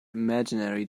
imaginary